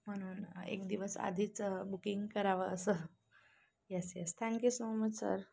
म्हणून एक दिवस आधीच बुकिंग करावं असं yes yes thank you so much sir